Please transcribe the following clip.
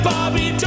Bobby